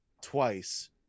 twice